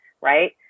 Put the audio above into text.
right